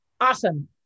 Awesome